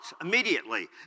immediately